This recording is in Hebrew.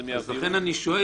אז לכן אני שואל,